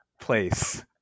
place